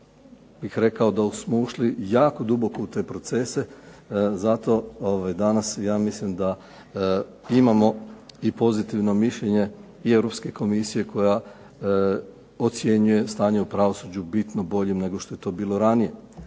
bih rekao da smo ušli jako duboko u te procese. Zato danas ja mislim da imamo i pozitivno mišljenje i Europske komisije koja ocjenjuje stanje u pravosuđu bitno boljim nego što je to bilo ranije.